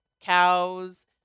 Cows